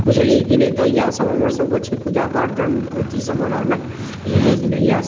बुझलियै की नहि तऽ इएहसभ हमरसभके छै पूजा पाठ धर्म अथीसभमे रहनाइ बुझलियै की नहि इएहसभ